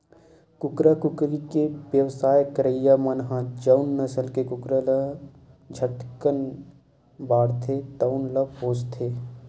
कुकरा, कुकरी के बेवसाय करइया मन ह जउन नसल के कुकरा ह झटकुन बाड़थे तउन ल पोसथे